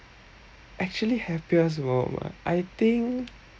actually have fears over I think